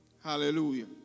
Hallelujah